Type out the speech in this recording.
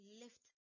lift